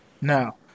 Now